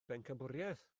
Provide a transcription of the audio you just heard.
bencampwriaeth